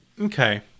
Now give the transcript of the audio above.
Okay